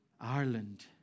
Ireland